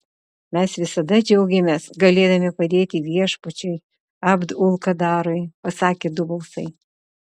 mes visada džiaugiamės galėdami padėti viešpačiui abd ul kadarui pasakė du balsai